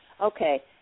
Okay